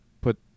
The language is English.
put